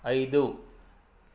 ಐದು